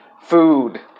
Food